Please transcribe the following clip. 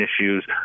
issues